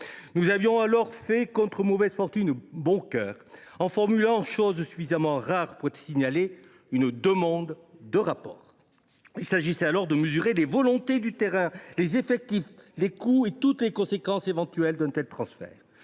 Nous avions alors fait contre mauvaise fortune bon cœur, en formulant – la chose est suffisamment rare pour être signalée –, une demande de rapport. Il s’agissait de mesurer les volontés du terrain, les effectifs, les coûts et toutes les conséquences éventuelles d’un tel transfert.